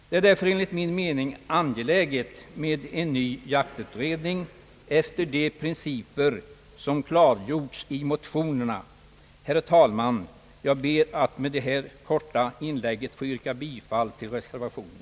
Det är därför enligt min mening angeläget med en ny jaktutredning efter de principer som klargjorts i motionerna. Herr talman! Jag ber att med detta korta inlägg få yrka bifall till reservationen.